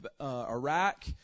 Iraq